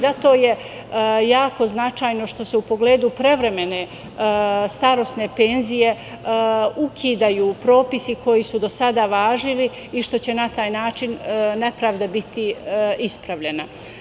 Zato je jako značajno što se u pogledu prevremene starosne penzije ukidaju propisi koji su do sada važili i što će na taj način nepravda biti ispravljena.